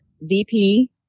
vp